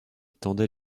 tendait